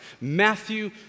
Matthew